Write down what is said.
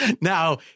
now